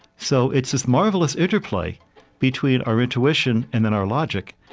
so it's this marvelous interplay between our intuition and then our logic,